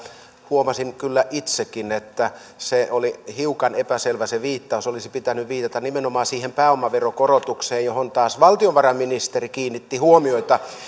huomasin kyllä itsekin että se viittaus oli hiukan epäselvä olisi pitänyt viitata nimenomaan siihen pääomaveron korotukseen johon taas valtiovarainministeri kiinnitti huomiota